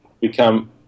become